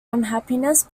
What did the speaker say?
unhappiness